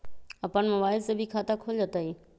अपन मोबाइल से भी खाता खोल जताईं?